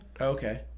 Okay